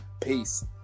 peace